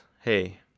hey